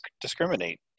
discriminate